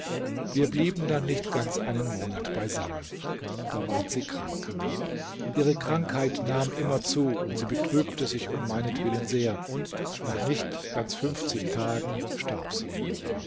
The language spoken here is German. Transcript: wir blieben dann nicht ganz einen monat beisammen da ward sie krank ihre krankheit nahm immer zu und sie betrübte sich um meinetwillen sehr nach nicht ganz fünfzig tagen starb sie